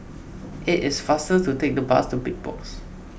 it is faster to take the bus to Big Box